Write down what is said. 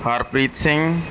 Harpreet Singh